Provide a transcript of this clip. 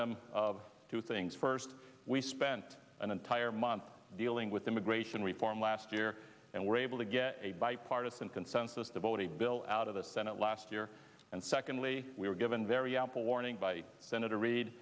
them of two things first we spent an entire month dealing with immigration reform last year and were able to get a bipartisan consensus to vote a bill out of the senate last year and secondly we were given very ample warning by senator re